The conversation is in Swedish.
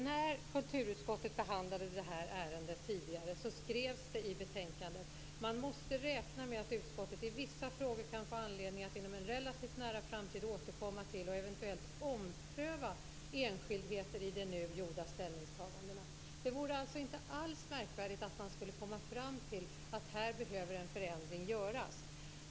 När kulturutskottet tidigare behandlade det här ärendet skrevs det i betänkandet: "Man måste räkna med att utskottet i vissa frågor kan få anledning att inom en relativt nära framtid återkomma till och eventuellt ompröva enskildheter i de nu gjorda ställningstagandena." Det vore inte alls märkvärdigt om man skulle komma fram att det här behövs en förändring.